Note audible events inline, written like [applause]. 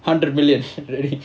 hundred million [laughs] already